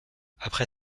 après